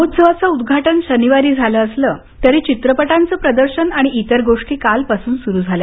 महोत्सवाचे उद्घाटन शनिवारी झाले असले तरी चित्रपटांचे प्रदर्शन आणि इतर गोष्टी कालपासून सुरू झाल्या